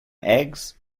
eggs